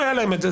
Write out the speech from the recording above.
היה להם את זה,